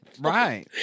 Right